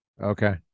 Okay